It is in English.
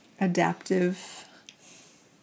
adaptive